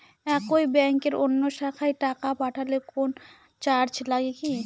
একই ব্যাংকের অন্য শাখায় টাকা পাঠালে কোন চার্জ লাগে কি?